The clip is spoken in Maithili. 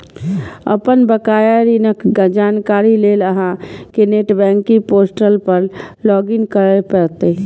अपन बकाया ऋणक जानकारी लेल अहां कें नेट बैंकिंग पोर्टल पर लॉग इन करय पड़त